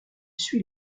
suit